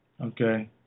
Okay